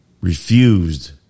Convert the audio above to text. refused